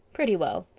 pretty well.